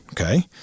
okay